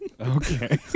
Okay